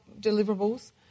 deliverables